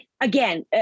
again